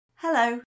Hello